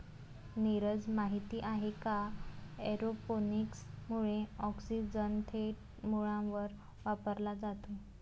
नीरज, माहित आहे का एरोपोनिक्स मुळे ऑक्सिजन थेट मुळांवर वापरला जातो